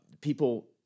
people